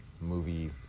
movie